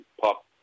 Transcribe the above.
pop